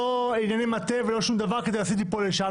לא ענייני מטה ולא שום דבר, כדי להסיט מפה לשם.